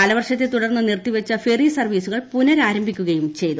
കാലവർഷത്തെ തുടർന്ന് നിർത്തിവച്ച ഫെറി സർവ്വീസുകൾ പുനരാംഭിക്കുകയും ചെയ്തു